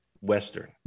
Western